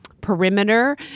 perimeter